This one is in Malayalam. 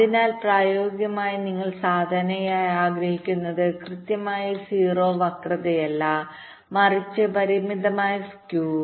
അതിനാൽ പ്രായോഗികമായി നിങ്ങൾ സാധാരണയായി ആഗ്രഹിക്കുന്നത് കൃത്യമായി 0 വക്രതയല്ല മറിച്ച് പരിമിതമായ സ്കൂ